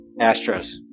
Astros